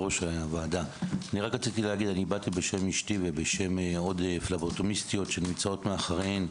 באתי בשם אשתי ובשם עוד פבלוטומיסטיות שנמצאות אחריהם.